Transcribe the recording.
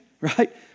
right